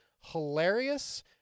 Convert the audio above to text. hilarious